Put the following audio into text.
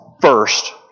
first